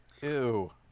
Ew